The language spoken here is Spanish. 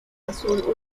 azul